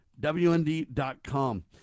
WND.com